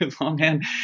longhand